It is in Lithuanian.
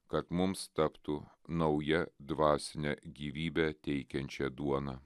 kad mums taptų nauja dvasinę gyvybę teikiančia duona